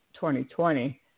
2020